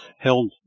held